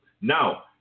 Now